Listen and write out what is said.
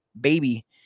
baby